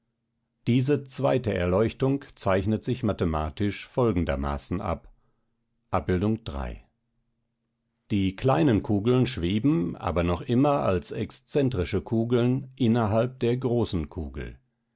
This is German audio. diese zweite erleuchtung zeichnet sich mathematisch folgendermaßen ab die kleinen kugeln schweben aber noch immer als exzentrische kugeln innerhalb der großen kugel